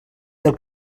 del